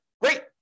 Great